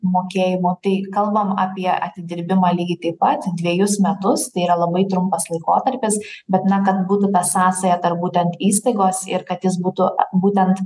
mokėjimu tai kalbam apie atidirbimą lygiai taip pat dvejus metus tai yra labai trumpas laikotarpis bet na kad būtų ta sąsaja tarp būtent įstaigos ir kad jis būtų būtent